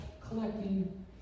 collecting